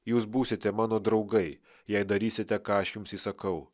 jūs būsite mano draugai jei darysite ką aš jums įsakau